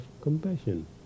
compassion